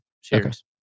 Cheers